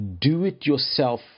do-it-yourself